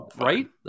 right